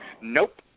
Nope